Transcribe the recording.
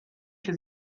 cię